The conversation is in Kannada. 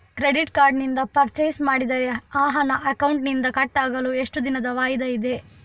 ಕ್ರೆಡಿಟ್ ಕಾರ್ಡ್ ನಿಂದ ಪರ್ಚೈಸ್ ಮಾಡಿದರೆ ಆ ಹಣ ಅಕೌಂಟಿನಿಂದ ಕಟ್ ಆಗಲು ಎಷ್ಟು ದಿನದ ವಾಯಿದೆ ಇದೆ?